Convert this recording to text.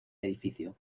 edificio